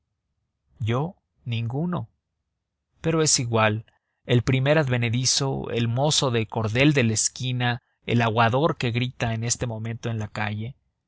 yo ninguno pero es igual el primer advenedizo el mozo de cordel de la esquina el aguador que grita en este momento en la calle